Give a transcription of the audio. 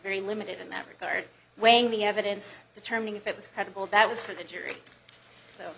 very limited in that regard weighing the evidence determining if it was credible that was for the jury so